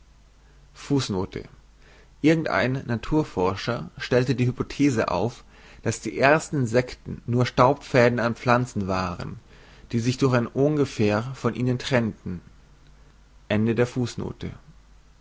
irgend ein naturforscher stellt die hypothese auf daß die ersten insekten nur staubfäden an pflanzen waren die sich durch ein ohngefähr von ihnen trennten